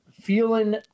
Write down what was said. feeling